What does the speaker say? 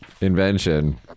invention